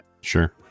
Sure